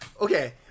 okay